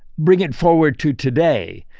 bring it forward to today.